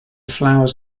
flowers